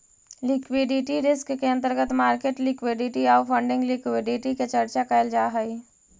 liquidity risk के अंतर्गत market liquidity आउ फंडिंग लिक्विडिटी के चर्चा कैल जा हई